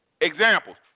examples